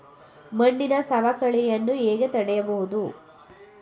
ಮಣ್ಣಿನ ಸವಕಳಿಯನ್ನು ಹೇಗೆ ತಡೆಯಬಹುದು?